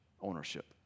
ownership